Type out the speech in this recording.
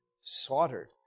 slaughtered